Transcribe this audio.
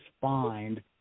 find